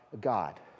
God